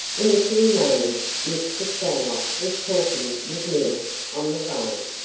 in a few moments mr. stanlock was talking with mills on the phone.